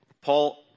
Paul